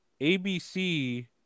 ABC